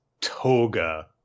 Toga